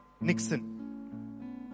Nixon